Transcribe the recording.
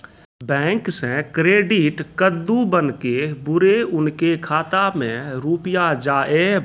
Bank से credit कद्दू बन के बुरे उनके खाता मे रुपिया जाएब?